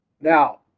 Now